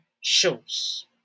shows